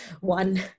one